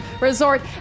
Resort